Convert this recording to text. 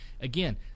again